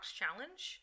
challenge